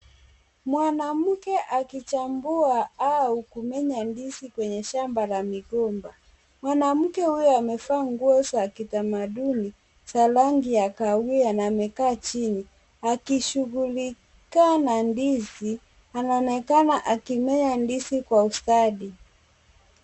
Mwanamke akichambua au kumenya ndizi kwenye shamba ya migomba. Mwanamke huyo amevaa nguo za kitamaduni ya rangi ya kahawia na amekaa chini akishughulika na ndizi, anaonekana akimenya ndiz kwa ustadi.